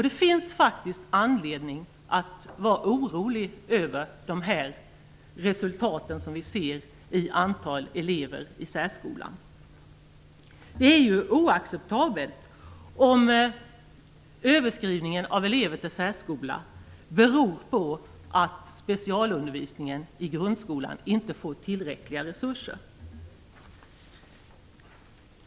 Det finns faktiskt anledning att vara orolig över de resultat som vi kan se när det gäller antalet elever i särskolan. Det är ju oacceptabelt om överskrivning av elever till särskola beror på att specialundervisningen i grundskolan inte får tillräckliga resurser.